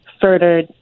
further